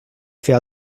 fer